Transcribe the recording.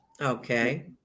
Okay